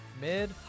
mid